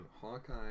Hawkeye